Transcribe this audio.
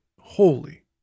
holy